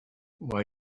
why